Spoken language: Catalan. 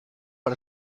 per